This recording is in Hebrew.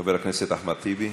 חבר הכנסת אחמד טיבי.